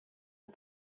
aux